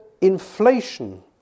inflation